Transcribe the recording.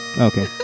Okay